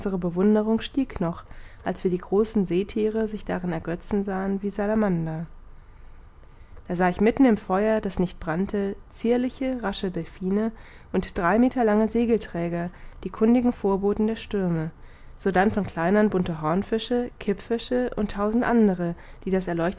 bewunderung stieg noch als wir die großen seethiere sich darin ergötzen sahen wie salamander da sah ich mitten im feuer das nicht brannte zierliche rasche delphine und drei meter lange segelträger die kundigen vorboten der stürme sodann von kleinern bunte hornfische klippfische und tausend andere die das